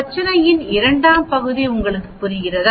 பிரச்சினையின் இரண்டாம் பகுதி உங்களுக்கு புரிகிறதா